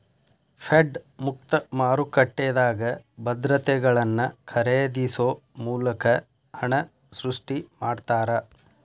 Fed ಮುಕ್ತ ಮಾರುಕಟ್ಟೆದಾಗ ಭದ್ರತೆಗಳನ್ನ ಖರೇದಿಸೊ ಮೂಲಕ ಹಣನ ಸೃಷ್ಟಿ ಮಾಡ್ತಾರಾ